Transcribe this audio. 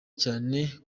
cyane